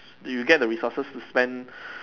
you get the resources to spend